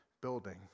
building